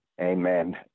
amen